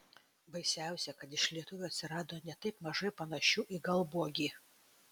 baisiausia kad iš lietuvių atsirado ne taip mažai panašių į galbuogį